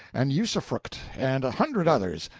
and usufruct and a hundred others,